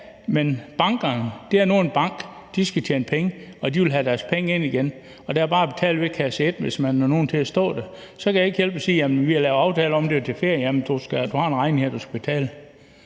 en bank; de skal tjene penge, og de vil have deres penge ind igen. Der er det bare at betale ved kasse et, hvis man har nogle stående der. Så kan det ikke hjælpe at sige: Vi har lavet en aftale om, at de var til ferie. Så siger banken: Jamen du har en regning her, du skal betale.